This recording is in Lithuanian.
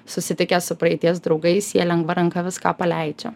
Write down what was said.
susitikę su praeities draugais jie lengva ranka viską paleidžia